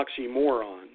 oxymoron